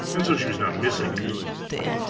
and so she was not missing it.